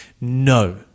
No